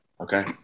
Okay